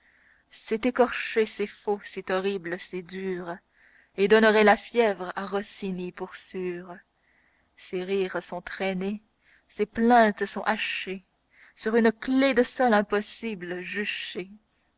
c'est écorché c'est faux c'est horrible c'est dur et donnerait la fièvre à rossini pour sûr ces rires sont traînés ces plaintes sont hachées sur une clef de sol impossible juchées